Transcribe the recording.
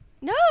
No